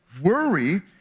Worry